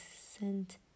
sent